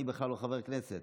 אני בכלל לא חבר כנסת.